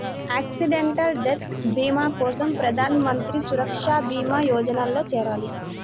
accidental death భీమా కోసం ప్రధాన్ మంత్రి సురక్షా భీమా యోజనలో చేరాలి